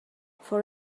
for